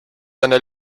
seine